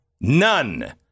None